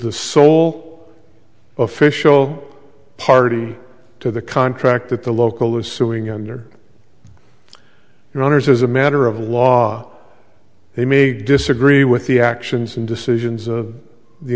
the sole official party to the contract that the local is suing under your honour's as a matter of law they may disagree with the actions and decisions of the